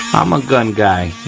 i'm a gun guy,